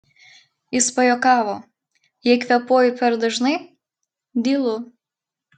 jis pajuokavo jei kvėpuoju per dažnai dylu